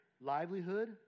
livelihood